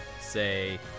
say